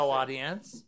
audience